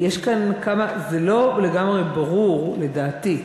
יש כאן כמה, זה לא לגמרי ברור, לדעתי.